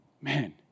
Man